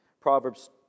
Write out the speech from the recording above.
Proverbs